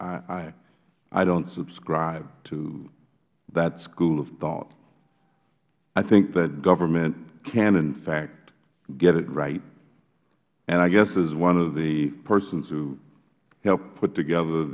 i don't subscribe to that school of thought i think that government can in fact get it right and i guess as one of the persons who helped put together